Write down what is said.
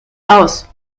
aus